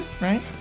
right